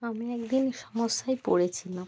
আমি এক দিন সমস্যায় পড়েছিলাম